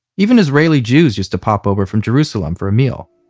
even israeli jews used to pop over from jerusalem for a meal.